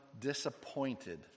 disappointed